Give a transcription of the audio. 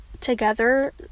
together